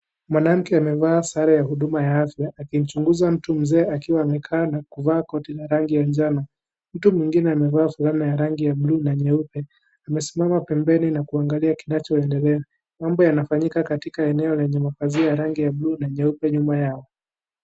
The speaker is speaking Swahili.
Mwanamke amevaa sare ya Huduma ya afya akimchinguza mtu mzee akiwa amekaa na kuvaa koti la rangi ya njano . Mtu mwingine amevaa fulana ya rangi ya bluu na nyeupe . Amesimama pempeni na kuangalia kinachoendelea. Mambo inafanyika katika eneo la demokrasia na rangi ya bluu na nyeupe nyuma yao.